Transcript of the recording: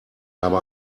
habe